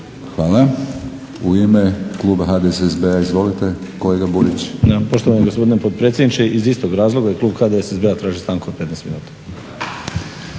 Hvala. U ime kluba HDSSB-a izvolite kolega Burić. **Burić, Dinko (HDSSB)** Poštovani gospodine potpredsjedniče iz istog razloga i klub HDSSB-a traži stanku od 15 minuta.